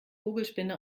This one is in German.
vogelspinne